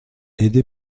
aidé